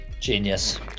Genius